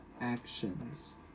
actions